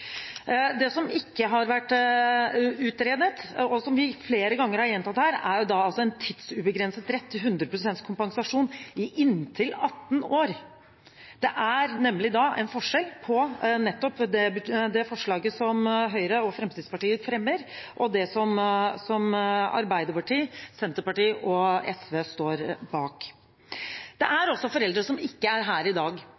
Det som ikke har vært utredet, noe som vi flere ganger har gjentatt her, er en tidsubegrenset rett til 100 pst. kompensasjon i inntil 18 år. Det er nemlig en forskjell på det forslaget som Høyre og Fremskrittspartiet fremmer, og det som Arbeiderpartiet, Senterpartiet og SV står bak. Det